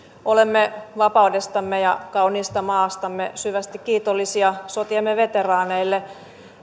olemme vapaudestamme ja kauniista maastamme syvästi kiitollisia sotiemme veteraaneille